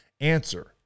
answer